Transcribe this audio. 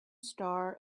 star